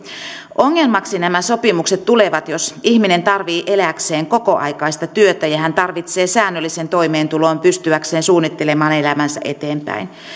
ongelmaksi nämä sopimukset tulevat jos ihminen tarvitsee elääkseen kokoaikaista työtä ja ja hän tarvitsee säännöllisen toimeentulon pystyäkseen suunnittelemaan elämäänsä eteenpäin